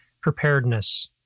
preparedness